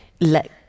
let